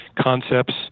concepts